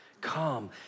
Come